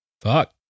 fuck